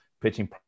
pitching